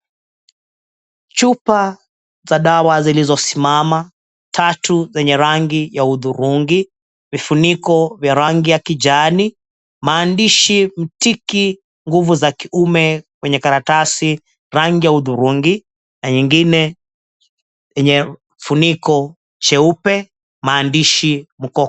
Chupa za dawa zilizosimama tatu zenye rangi ya hudhurungi, vifuniko vya rangi ya kijani maandishi mtiki nguvu za kiume kwenye karatasi rangi ya hudhurungi na nyingine yenye funiko cheupe maandishi.